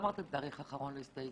לא אמרתם תאריך אחרון להסתייגויות.